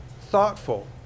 thoughtful